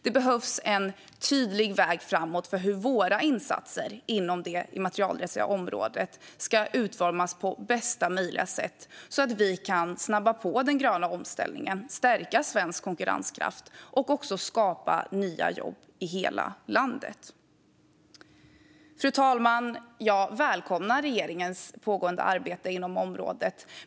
Det behövs en tydlig väg framåt för hur våra insatser inom det immaterialrättsliga området ska utformas på bästa möjliga sätt så att vi kan snabba på den gröna omställningen, stärka svensk konkurrenskraft och skapa nya jobb i hela landet. Fru talman! Jag välkomnar regeringens pågående arbete på området.